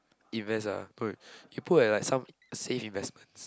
invest ah put can put in like some safe investments